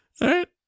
right